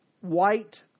white